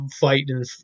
fighting